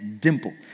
dimple